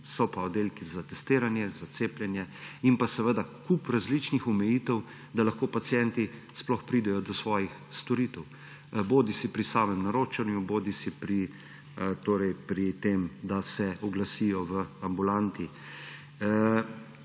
so pa oddelki za testiranje, za cepljenje; in seveda kup različnih omejitev, da lahko pacienti sploh pridejo do svojih storitev bodisi pri samem naročanju bodisi pri tem, da se oglasijo v ambulanti.